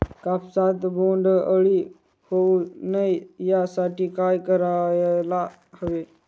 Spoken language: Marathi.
कापसात बोंडअळी होऊ नये यासाठी काय करायला हवे?